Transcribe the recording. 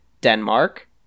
Denmark